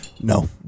No